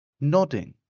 nodding